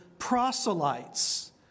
proselytes